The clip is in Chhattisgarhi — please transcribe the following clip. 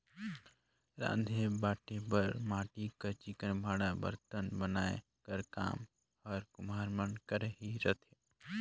राँधे बांटे कर माटी कर चिक्कन भांड़ा बरतन बनाए कर काम हर कुम्हार मन कर ही रहथे